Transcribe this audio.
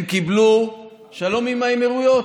הם קיבלו שלום עם האמירויות.